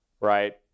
right